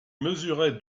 mesurait